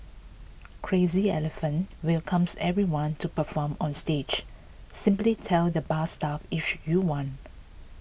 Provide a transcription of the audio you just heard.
Crazy Elephant welcomes everyone to perform on stage simply tell the bar staff if you want